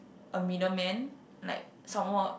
a middleman like some more